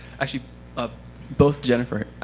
actually ah both jennifer.